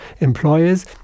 employers